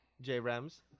J-Rams